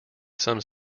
some